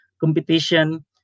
competition